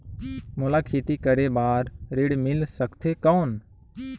मोला खेती करे बार ऋण मिल सकथे कौन?